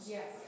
Yes